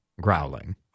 growling